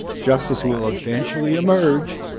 justice will eventually emerge,